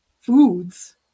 foods